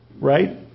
right